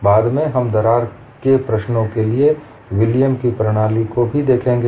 बाद में हम दरार के प्रश्नों के लिए विलियम की कार्यप्रणाली William's methodology को भी देखेंगे